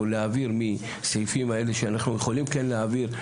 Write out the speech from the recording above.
או להעביר מסעיפים האלה שאנחנו יכולים כן להעביר,